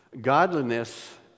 Godliness